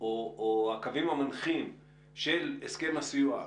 או הקווים המנחים של הסכם הסיוע.